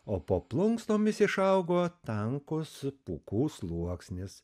o po plunksnomis išaugo tankus pūkų sluoksnis